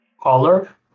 Color